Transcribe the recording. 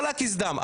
לא להקיז דם,